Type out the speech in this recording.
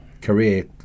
career